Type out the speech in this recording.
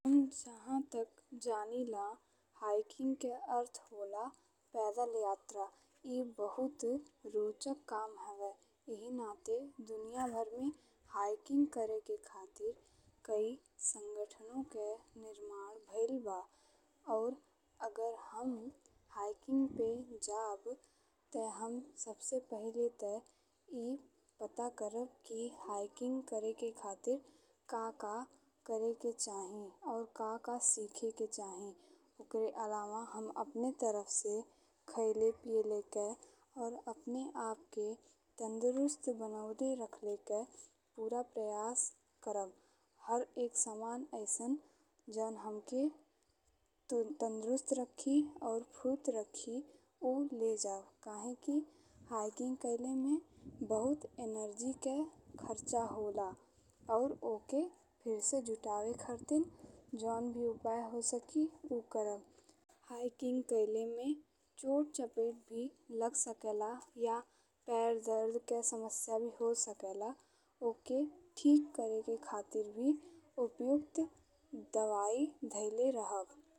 हम जाहा तक जानिला हाइकिंग के अर्थ होला पैदल यात्रा। ई बहुत रोचक काम हवे। इही नाते दुनिया भर में हाइकिंग करे के खातिर कइ संगठनन के निर्माण भइल बा अउर अगर हम हाइकिंग पे जब ते हम सबसे पहिले ते ई पता करब कि हाइकिंग करे के खातिर का का करे के चाही अउर का का सिखे के चाही। ओकरे अलावा हम अपनी तरफ से खइले पियले के अउर अपने आप के तंदुरुस्त बना के रखले के पूरा प्रयास करब। हर एक सामान अइसन जौन हमके तंदुरुस्त रखी अउर फुर्त रखी उ ले जब कहे कि हाइकिंग कइले में बहुत एनर्जी के खर्चा होला अउर ओके फेर से जुटावे खातीं जउन भी उपाय हो सकी उ करब। हाइकिंग कइले में चोट चपेट भी लग सकेला या पैर दर्द के समस्या भी हो सकेला ओके ठीक करे के खातिर भी उपयुक्त दवाई धइले रहब।